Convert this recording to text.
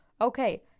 okay